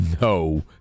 No